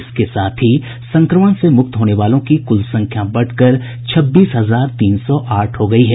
इसके साथ ही संक्रमण से मुक्त होने वालों की कुल संख्या बढ़कर छब्बीस हजार तीन सौ आठ हो गयी है